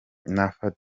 natewe